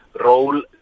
role